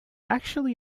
actually